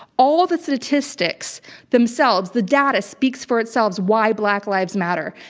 all of the statistics themselves, the data speaks for itself why black lives matter.